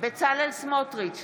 בצלאל סמוטריץ'